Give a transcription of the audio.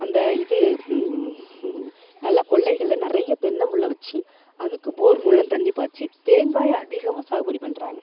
அந்த இது நல்ல கொல்லைகள்ல நிறைய தென்னம்பிள்ளை வச்சு அதுக்கு போர் மூலம் தண்ணி பாய்ச்சி தேங்காயை அதிகமாக சாகுபடி பண்ணுறாங்க